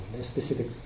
specific